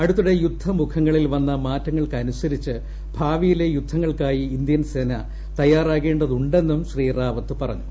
അടുത്തിടെ യുദ്ധമുഖങ്ങളിൽ വന്ന മാറ്റങ്ങൾക്കനുസരിച്ച് ഭാവിയിലെ യുദ്ധങ്ങൾക്കായി ഇന്ത്യൻ സേന തയ്യാറാകേണ്ടതുണ്ടെന്നും ശ്രീ റാവത്ത് പറഞ്ഞു